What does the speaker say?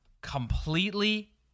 completely